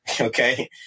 Okay